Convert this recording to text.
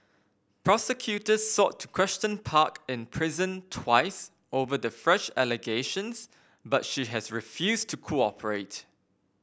prosecutors sought to question Park in prison twice over the fresh allegations but she has refused to cooperate